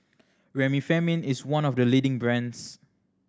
Remifemin is one of the leading brands